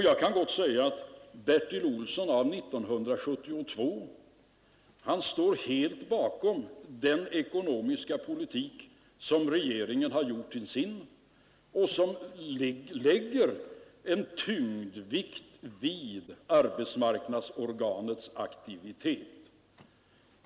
Jag kan säga att Bertil Olsson av 1972 står helt bakom den ekonomiska politik som regeringen har gjort till sin och som lägger en tyngdpunkt vid arbetsmarknadsorganets aktivitet.